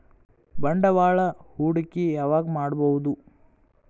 ಬಂಡವಾಳ ಹೂಡಕಿ ಯಾವಾಗ್ ಮಾಡ್ಬಹುದು?